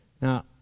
Now